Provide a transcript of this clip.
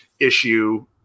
issue